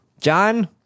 John